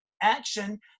action